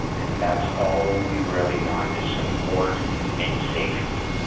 and that's all we really want, is support and safety.